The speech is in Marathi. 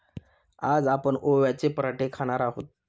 आज आपण ओव्याचे पराठे खाणार आहोत